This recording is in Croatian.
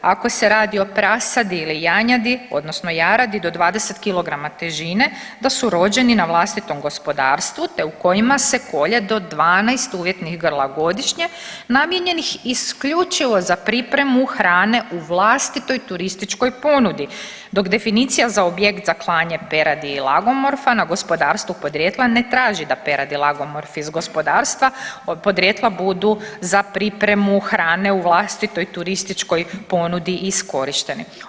Ako se radi o prasadi ili janjadi odnosno jaradi do 20kg težine da su rođeni na vlastitom gospodarstvu te u kojima se kolje do 12 uvjetnih grla godišnje namijenjenih isključivo za pripremu hrane u vlastitoj turističkoj ponudi, dok definicija za objekt za klanje peradi i lagomorfa na gospodarstvu podrijetla ne traži da perad i lagomorf iz gospodarstva podrijetla budu za pripremu hrane u vlastitoj turističkoj ponudi iskorišteni.